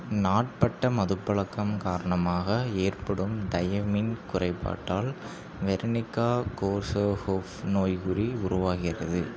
நாட்பட்ட மதுப்பழக்கம் காரணமாக ஏற்படும் தயமின் குறைபாட்டால் வெர்னிக்கா கோர்சோகோஃப் நோய்க்குறி உருவாகிறது